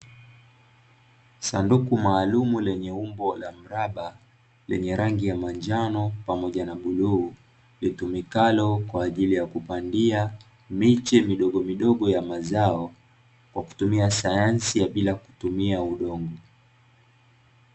Sanduku maalumu lenye umbo la mraba, lenye rangi ya manjano pamoja na bluu, litumikalo kwa ajili ya kupandia miche midogomidogo ya mazao, kwa kutumia sayansi ya bila kutumia udongo.